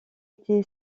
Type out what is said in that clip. été